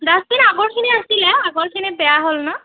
dustbin আগৰখিনি আছিলে আগৰখিনি বেয়া হ'ল ন